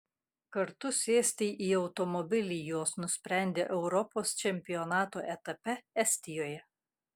kartu sėsti į automobilį jos nusprendė europos čempionato etape estijoje